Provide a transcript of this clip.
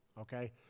okay